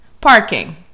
Parking